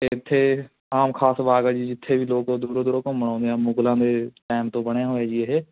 ਅਤੇ ਇੱਥੇ ਆਮ ਖਾਸ ਬਾਗ ਆ ਜੀ ਜਿੱਥੇ ਵੀ ਲੋਕ ਦੂਰੋਂ ਦੂਰੋਂ ਘੁੰਮਣ ਆਉਂਦੇ ਆ ਮੁਗਲਾਂ ਦੇ ਟਾਈਮ ਤੋਂ ਬਣਿਆ ਹੋਇਆ ਜੀ ਇਹ